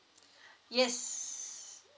yes